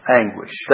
anguish